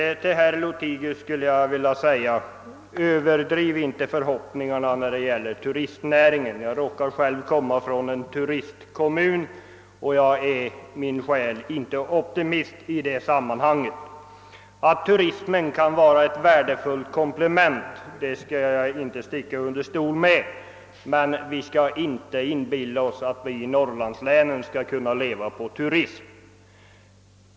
Till herr Lothigius vill jag säga: Överdriv inte förhoppningarna i fråga om turistnäringen! Jag råkar själv komma från en kommun med mycken turism, och jag är sannerligen inte optimist härvidlag. Att turismen kan vara ett värdefullt komplement skall jag inte förneka, men vi skall inte inbilla oss att vi i norrlandslänen skall kunna leva på turism.